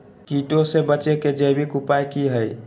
कीटों से बचे के जैविक उपाय की हैय?